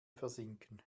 versinken